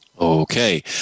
Okay